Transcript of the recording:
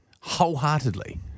wholeheartedly